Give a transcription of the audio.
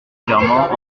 légèrement